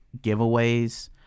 giveaways